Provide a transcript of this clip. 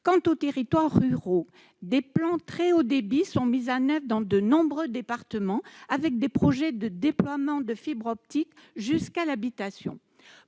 Quant aux territoires ruraux, des plans pour la couverture en très haut débit sont mis en oeuvre dans de nombreux départements, avec des projets de déploiement de la fibre optique jusqu'à l'habitation.